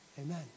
Amen